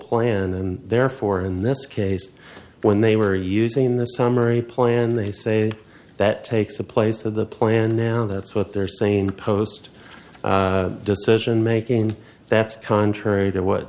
plan and therefore in this case when they were using the summary plan they say that takes the place of the plan now that's what they're saying the post decision making that's contrary to what